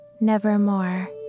Nevermore